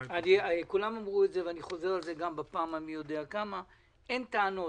כולם אמרו - ואני חוזר על זה בפעם המי יודע כמה - שאין טענות,